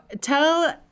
tell